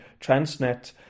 Transnet